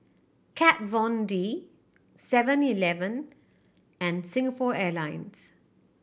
Kat Von D Seven Eleven and Singapore Airlines